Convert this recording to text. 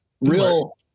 real